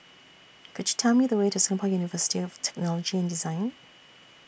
Could YOU Tell Me The Way to Singapore University of Technology and Design